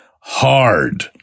hard